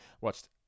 Watched